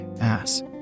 ass